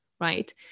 right